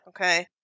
okay